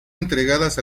entregadas